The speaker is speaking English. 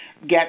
get